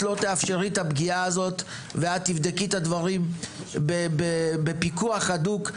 שלא תאפשרי את הפגיעה הזאת ותבדקי את הדברים בפיקוח הדוק,